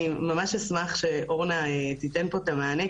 אני ממש אשמח שאורנה תיתן פה את המענה,